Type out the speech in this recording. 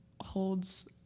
holds